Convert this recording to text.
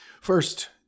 First